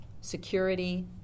security